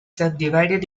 subdivided